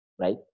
Right